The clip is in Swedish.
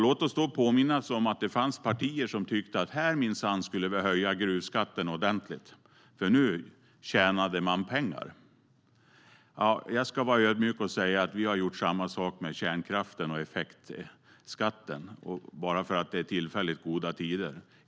Låt oss då påminnas om att det fanns partier som tyckte att vi minsann skulle höja gruvskatten ordentligt här, för nu tjänade man pengar. Ja, jag ska vara ödmjuk och säga att vi har gjort samma sak med kärnkraften och effektskatten bara för att det är tillfälligt goda tider.